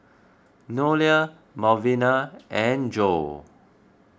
Noelia Malvina and Jo